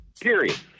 period